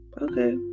Okay